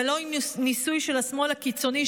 בלון ניסוי של השמאל הקיצוני,